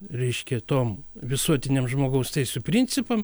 reiškia tom visuotiniam žmogaus teisių principam